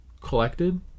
collected